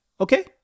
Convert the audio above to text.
okay